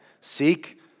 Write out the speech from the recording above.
Seek